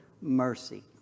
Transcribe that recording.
mercy